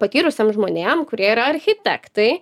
patyrusiem žmonėm kurie yra architektai